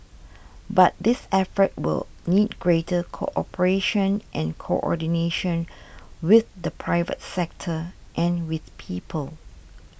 but this effort will need greater cooperation and coordination with the private sector and with people